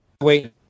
Wait